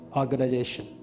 organization